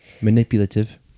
Manipulative